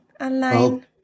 online